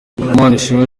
manishimwe